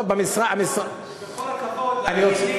לא, במשרד, בכל הכבוד, אני,